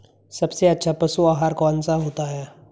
सबसे अच्छा पशु आहार कौन सा होता है?